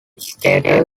skater